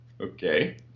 Okay